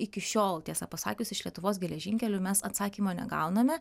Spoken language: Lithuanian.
iki šiol tiesa pasakius iš lietuvos geležinkelių mes atsakymo negauname